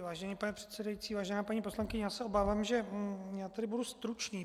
Vážený pane předsedající, vážená paní poslankyně, já se obávám, že budu stručný.